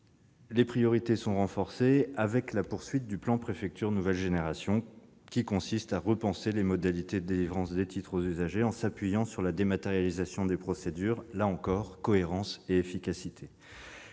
Les priorités sont enfin renforcées par la poursuite du plan Préfectures nouvelle génération, qui consiste à repenser les modalités de délivrance des titres aux usagers en s'appuyant sur la dématérialisation des procédures. Là encore, cohérence et efficacité.